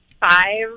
Five